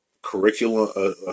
curriculum